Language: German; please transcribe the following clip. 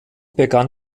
begann